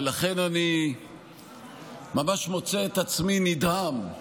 ולכן אני ממש מוצא את עצמי נדהם.